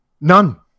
None